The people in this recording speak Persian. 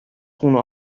خونه